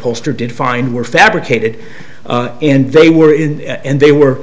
poster did find were fabricated and they were in and they were